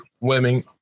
women